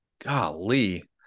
Golly